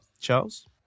Charles